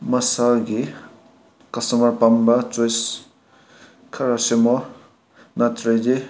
ꯃꯁꯥꯒꯤ ꯀꯁꯇꯃꯔ ꯄꯥꯝꯕ ꯆꯣꯏꯁ ꯈꯔ ꯁꯦꯝꯃꯣ ꯅꯠꯇ꯭ꯔꯗꯤ